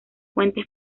fuentes